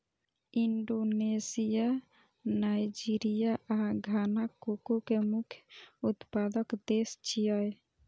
Indonesia, Nigeria आ Ghana cocoa के मुख्य उत्पादक देश छियै